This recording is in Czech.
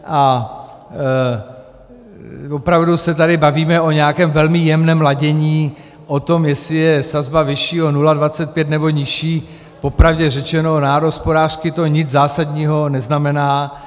A opravdu se tady bavíme o nějakém velmi jemném ladění, o tom, jestli je sazba vyšší o 0,25, nebo nižší popravdě řečeno národohospodářsky to nic zásadního neznamená.